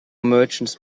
merchants